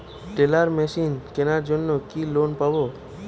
Teller machine কেনার জন্য কি লোন পাব?